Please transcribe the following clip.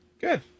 Good